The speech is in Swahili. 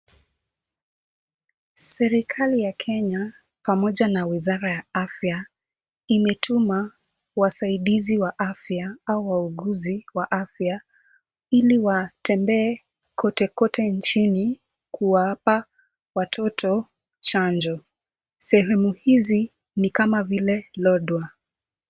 Serikali ya Kenya pamoja na wizara ya afya imetuma wasaidizi wa afya au wauguzi wa afya, ili watembee kote kote nchini kuwapa watoto chanjo. Sehemu hizi nikama vile Lodwar.